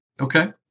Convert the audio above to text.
Okay